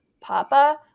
Papa